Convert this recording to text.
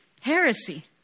heresy